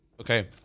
Okay